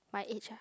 my age ah